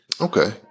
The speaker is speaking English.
Okay